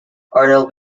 arnold